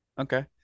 okay